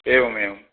एवमेवम्